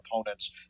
opponents